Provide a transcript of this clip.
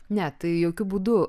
ne tai jokiu būdu